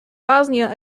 bosnia